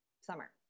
Summer